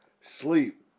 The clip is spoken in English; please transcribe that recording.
Sleep